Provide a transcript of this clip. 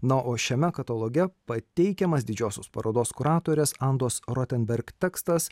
na o šiame kataloge pateikiamas didžiosios parodos kuratorės andos rotemberg tekstas